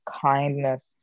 kindness